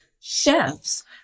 chefs